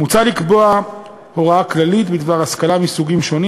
מוצע לקבוע הוראה כללית בדבר השכלה מסוגים שונים